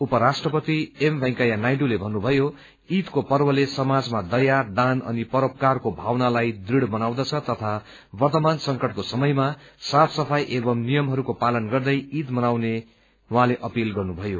उपराष्ट्रपति एम वेंकैया नायडूले भव्रुभयो ईदको पर्वले समाजमा दया दान अनि परोपकारको भावनालाई दृढ़ बनाउँदछ तथा वर्तमान संकटको समयमा साफ सफाई एवं नियमहरूको पालन गर्दै ईद मनाउने अपील पनि गर्नुभयो